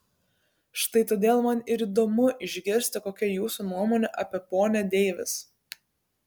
štai todėl man ir įdomu išgirsti kokia jūsų nuomonė apie ponią deivis